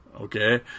okay